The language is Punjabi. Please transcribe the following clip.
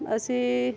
ਅਸੀਂ